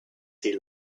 she